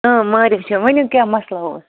ماریا چھِو ؤنِو کیٛاہ مسلہٕ اوس